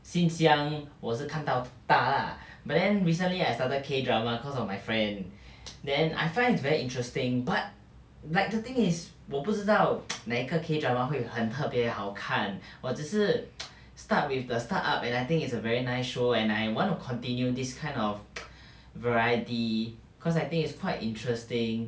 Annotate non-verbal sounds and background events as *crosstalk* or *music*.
since young 我是看到大 lah but then recently I started K drama cause of my friend *noise* then I find it's very interesting but like the thing is 我不知道 *noise* 哪个 K drama 会很特别的好看我只是 *noise* start with the start up and I think it's a very nice show and I want to continue this kind of *noise* variety cause I think it's quite interesting